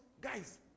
guys